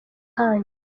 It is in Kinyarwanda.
hanyu